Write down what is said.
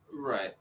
Right